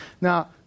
Now